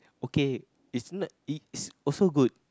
okay it's not it's also